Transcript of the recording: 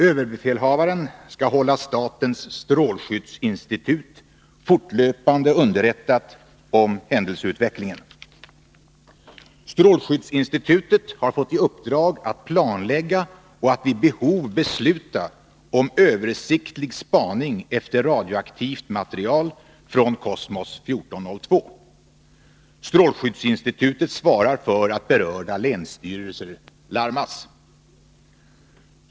Överbefälhavaren skall hålla statens strålskyddsinstitut fortlöpande underrättat om händelseutvecklingen. Strålskyddsinstitutet har fått i uppdrag att planlägga och att vid behov besluta om översiktlig spaning efter radioaktivt material från Kosmos 1402. Strålskyddsinstitutet svarar för att berörda länsstyrelser larmas.